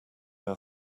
are